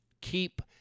keep